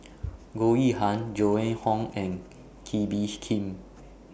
Goh Yihan Joan Hon and Kee Bee Khim